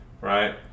right